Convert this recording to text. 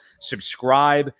Subscribe